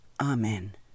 Amen